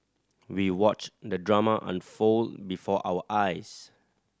we watched the drama unfold before our eyes